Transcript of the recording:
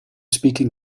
speaking